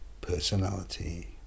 Personality